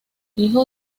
hijo